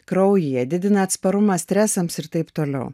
kraujyje didina atsparumą stresams ir taip toliau